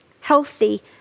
healthy